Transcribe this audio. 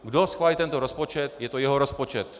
Kdo schválí tento rozpočet, je to jeho rozpočet.